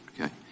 Okay